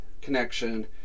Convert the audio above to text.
connection